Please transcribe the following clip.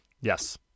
Yes